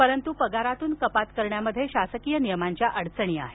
परंतु पगारातुन कपात करण्यात शासकीय नियमांच्या अडचणी आहेत